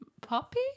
Poppy